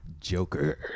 Joker